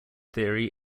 theory